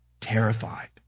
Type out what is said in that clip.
terrified